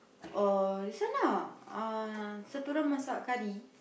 oh this one ah satu orang masak kari